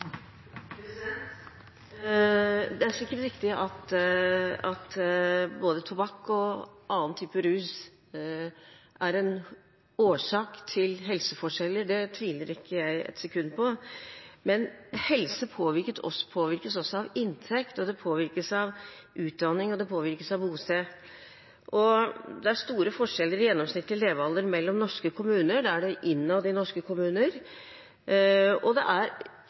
Det er sikkert riktig at både tobakk og annen type rus er en årsak til helseforskjeller. Det tviler jeg ikke et sekund på. Men helse påvirkes også av inntekt, og det påvirkes av utdanning og av bosted. Det er store forskjeller i gjennomsnittlig levealder mellom norske kommuner. Det er det innad i norske kommuner, og det er